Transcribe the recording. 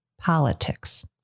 politics